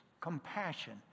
compassion